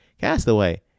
Castaway